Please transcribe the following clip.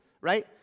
right